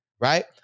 Right